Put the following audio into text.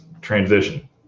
transition